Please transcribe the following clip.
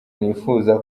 nifuza